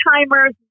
timers